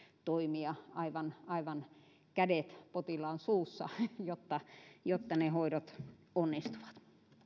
toimia aivan aivan kädet potilaan suussa jotta jotta ne hoidot onnistuvat